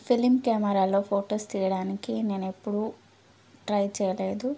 film కెమెరాలో photos తీయడానికి నేను ఎప్పుడూ ట్రై చేయలేదు